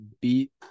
beat